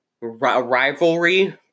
rivalry